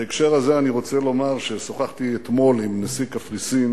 בהקשר הזה אני רוצה לומר ששוחחתי אתמול עם נשיא קפריסין